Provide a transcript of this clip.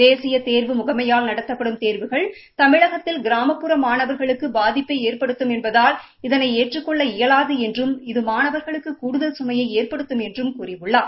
தேசிய தேர்வு முக்மையால் நடத்தப்படும் தேர்வுகள் தமிழகத்தில் கிராமப்புற மாணவர்களுக்கு பாதிப்பை ஏற்படுத்தும் என்பதால் இதனை ஏற்றுக் கொள்ள இயலாது என்றும் இது மாணவர்களுக்கு கூடுதல் கமையை ஏற்படுத்தும் என்றும் கூறியுள்ளார்